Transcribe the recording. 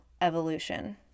evolution